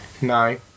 No